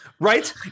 Right